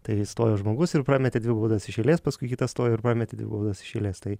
tai stojo žmogus ir prametė dvi baudas iš eilės paskui kitas stojo ir prametė dvi baudas iš eilės tai